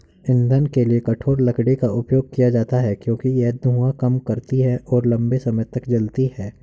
ईंधन के लिए कठोर लकड़ी का उपयोग किया जाता है क्योंकि यह धुआं कम करती है और लंबे समय तक जलती है